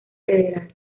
federal